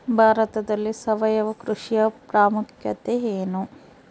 ಭಾರತದಲ್ಲಿ ಸಾವಯವ ಕೃಷಿಯ ಪ್ರಾಮುಖ್ಯತೆ ಎನು?